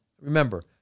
remember